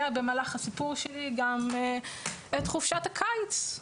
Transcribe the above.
במהלך הסיפור שלי גם את חופשת הקיץ,